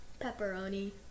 Pepperoni